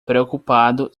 preocupado